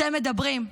אתם מדברים.